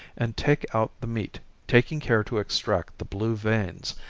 and take out the meat, taking care to extract the blue veins,